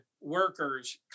workers